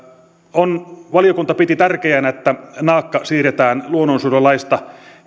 valiokunta piti tärkeänä että naakka siirretään luonnonsuojelulaista